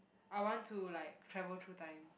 I want to like travel through time